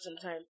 sometime